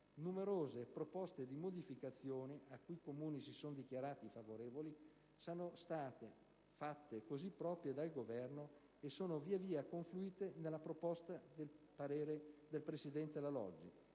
Numerose proposte di modificazione, a cui i Comuni si sono dichiarati favorevoli, sono state fatte così proprie dal Governo e sono via via confluite nella proposta di parere del presidente La Loggia.